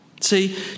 See